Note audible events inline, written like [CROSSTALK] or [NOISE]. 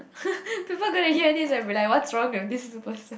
[NOISE] people gonna hear this and be like what's wrong with this person